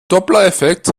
dopplereffekt